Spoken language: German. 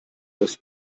das